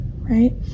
right